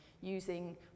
using